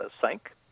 sank